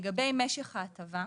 לגבי משך ההטבה,